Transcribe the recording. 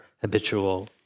habitual